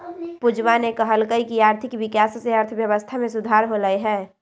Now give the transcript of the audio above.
पूजावा ने कहल कई की आर्थिक विकास से अर्थव्यवस्था में सुधार होलय है